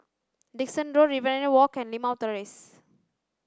Dickson Road Riverina Walk and Limau Terrace